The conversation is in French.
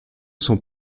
sont